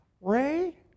Ray